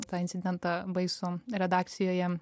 tą incidentą baisų redakcijoje